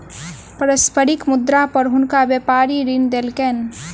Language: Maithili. पारस्परिक मुद्रा पर हुनका व्यापारी ऋण देलकैन